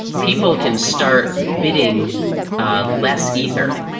people can start bidding ah less ether.